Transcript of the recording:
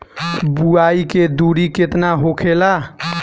बुआई के दूरी केतना होखेला?